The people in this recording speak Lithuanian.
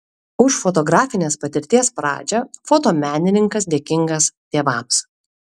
už fotografinės patirties pradžią fotomenininkas dėkingas tėvams